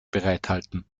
bereithalten